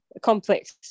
complex